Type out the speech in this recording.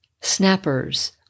Snappers